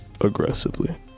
Aggressively